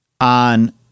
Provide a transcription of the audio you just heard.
on